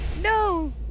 No